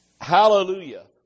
Hallelujah